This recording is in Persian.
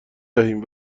دهیم